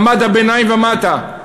מעמד הביניים ומטה,